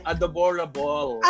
Adorable